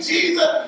Jesus